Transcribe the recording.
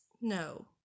No